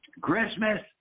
Christmas